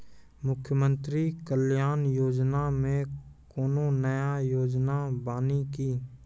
मुख्यमंत्री कल्याण योजना मे कोनो नया योजना बानी की?